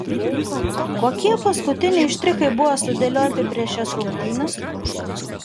kokie paskutiniai štrichai buvo sudėlioti prieš šias rungtynes